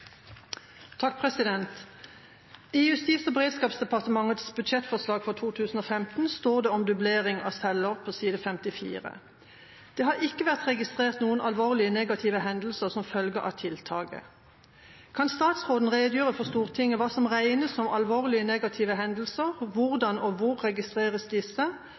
Justis- og beredskapsdepartementets budsjettforslag for 2015 står det om dublering av celler på side 54: «Det har ikke vært registrert noen alvorlige negative hendelser som følge av tiltaket.» Kan statsråden redegjøre for Stortinget hva som regnes som alvorlige negative hendelser, hvordan og hvor registreres disse,